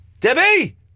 Debbie